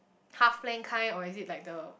half plank kind or is it like the